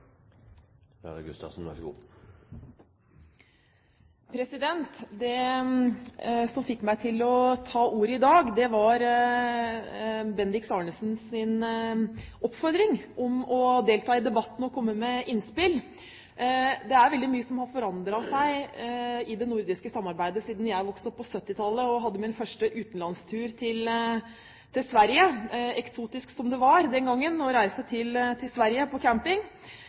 Det som fikk meg til å ta ordet i dag, var Bendiks Arnesens oppfordring om å delta i debatten og komme med innspill. Det er veldig mye som har forandret seg i det nordiske samarbeidet siden jeg vokste opp på 1970-tallet og hadde min første utenlandstur til Sverige – eksotisk som det var den gangen å reise til Sverige på camping.